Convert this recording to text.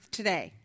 today